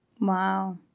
Wow